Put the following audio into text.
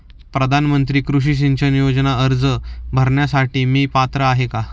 प्रधानमंत्री कृषी सिंचन योजना अर्ज भरण्यासाठी मी पात्र आहे का?